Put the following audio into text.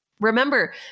Remember